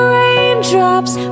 raindrops